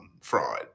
fraud